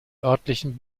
örtlichen